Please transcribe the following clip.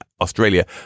Australia